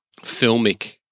filmic